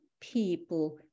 people